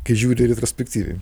kai žiūri retrospektyviai